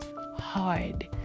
hard